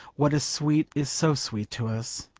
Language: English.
what is sweet is so sweet to us,